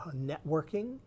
networking